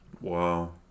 Wow